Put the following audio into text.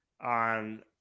on